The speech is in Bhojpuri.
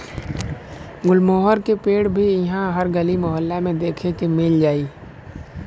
गुलमोहर के पेड़ भी इहा हर गली मोहल्ला में देखे के मिल जाई